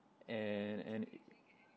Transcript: and and